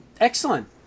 Excellent